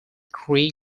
cree